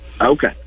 okay